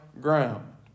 ground